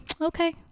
okay